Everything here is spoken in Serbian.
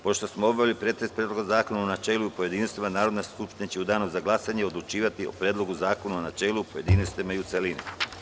Pošto smo obavili pretres Predloga zakona u načelu i pojedinostima, Narodna skupština će u danu za glasanje odlučivati o Predlogu zakona u načelu, pojedinostima i u celini.